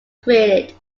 created